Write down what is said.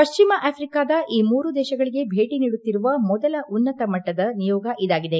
ಪಶ್ಚಿಮ ಆಫ್ರಿಕಾದ ಈ ಮೂರೂ ದೇಶಗಳಗೆ ಭೇಟಿ ನೀಡುತ್ತಿರುವ ಮೊದಲ ಉನ್ನತ ಮಟ್ಟದ ನಿಯೋಗ ಇದಾಗಿದೆ